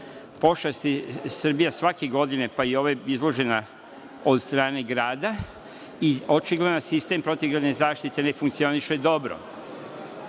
pošasti Srbija svake godine, pa i ove izložena od strane grada. Očigledno je da sistem protivgradne zaštite ne funkcioniše dobro.